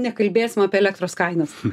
nekalbėsim apie elektros kainas